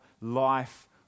life